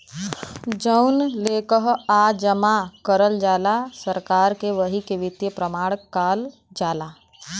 जउन लेकःआ जमा करल जाला सरकार के वही के वित्तीय प्रमाण काल जाला